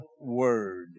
word